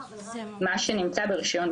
מה שנמצא ברישיון משרד הבריאות.